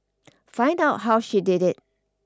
find out how she did it